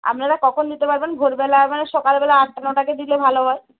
আপনারা কখন দিতে পারবেন ভোরবেলা মানে সকালবেলা আটটা নটাকে দিলে ভালো হয়